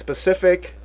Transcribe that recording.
specific